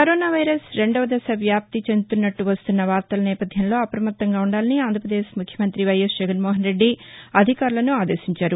corona virus రెండవ దశ వ్యాప్తి చెందుతున్నట్టు వస్తున్న వార్తల నేపథ్యంలో అప్రమత్తంగా ఉ ండాలని ఆంధ్రాపదేశ్ ముఖ్యమంతి వైఎస్ జగన్మోహన్రెడ్డి అధికారులను ఆదేశించారు